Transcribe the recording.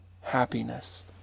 happiness